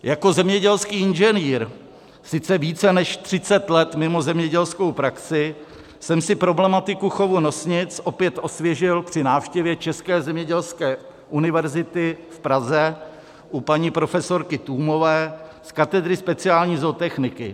Jako zemědělský inženýr, sice více než 30 let mimo zemědělskou praxi, jsem si problematiku chovu nosnic opět osvěžil při návštěvě České zemědělské univerzity v Praze u paní profesorky Tůmové z katedry speciální zootechniky.